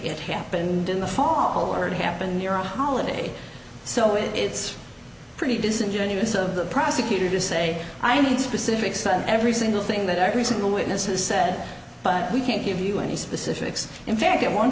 it happened in the fall or it happened near a holiday so it's pretty disingenuous of the prosecutor to say i need specifics on every single thing that every single witness is said but we can't give you any specifics in fact at one